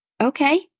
Okay